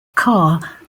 car